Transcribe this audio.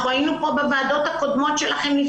אנחנו היינו פה בוועדות הקודמות שלכם.